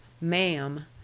Ma'am